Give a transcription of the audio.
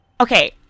Okay